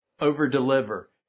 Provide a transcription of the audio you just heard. over-deliver